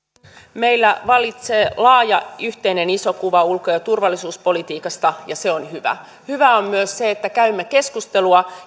meillä vallitsee laaja yhteinen iso kuva ulko ja turvallisuuspolitiikasta ja se on hyvä hyvää on myös se että käymme keskustelua